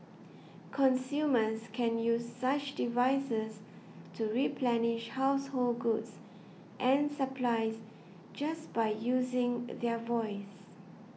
consumers can use such devices to replenish household goods and supplies just by using their voice